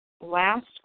last